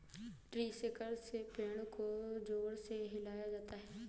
tree shaker से पेड़ को जोर से हिलाया जाता है